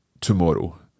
tomorrow